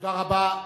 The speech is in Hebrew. תודה רבה.